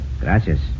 Gracias